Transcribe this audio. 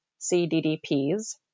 CDDPs